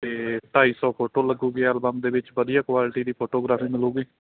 ਅਤੇ ਢਾਈ ਸੌ ਫੋਟੋ ਲੱਗੇਗੀ ਐਲਬਮ ਦੇ ਵਿੱਚ ਵਧੀਆ ਕੁਆਲਿਟੀ ਦੀ ਫੋਟੋਗ੍ਰਾਫੀ ਮਿਲੇਗੀ